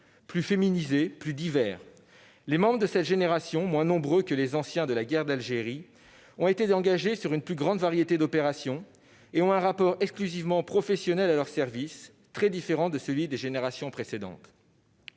plus féminisé, plus divers. Les membres de cette génération, moins nombreux que les anciens de la guerre d'Algérie, ont été engagés sur une plus grande variété d'opérations et ont un rapport exclusivement professionnel à leur service, très différent de celui des générations précédentes.